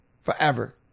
Forever